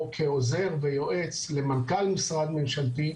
או כעוזר ויועץ למנכ"ל משרד ממשלתי,